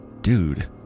Dude